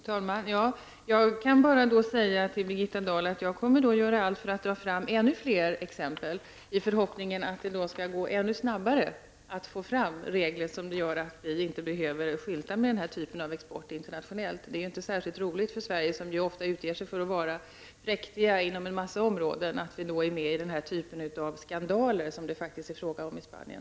Fru talman! Jag kan bara säga till Birgitta Dahl att jag kommer göra allt för att dra fram ännu fler exempel, i förhoppningen att det då skall gå ännu snabbare att få fram regler som gör att vi inte behöver skylta med denna typ av export internationellt. Det är inte särskilt roligt för Sverige, som ofta utger sig för att vara präktigt inom en mängd områden, att vi får den typ av skandaler som det faktiskt är fråga om i Spanien.